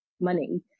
money